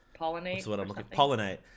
pollinate